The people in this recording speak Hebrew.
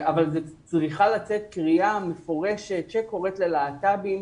אבל צריכה לצאת קריאה מפורשת שקוראת ללהט"בים